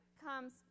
comes